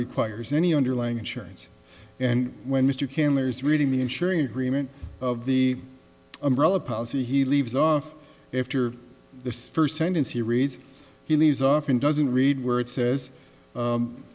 requires any underlying insurance and when mr cameron is reading the insuring agreement of the umbrella policy he leaves off after the first sentence he reads he leaves off and doesn't read where it says